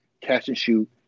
catch-and-shoot